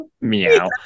Meow